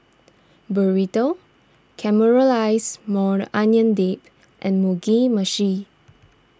Burrito Caramelized Maui Onion Dip and Mugi Meshi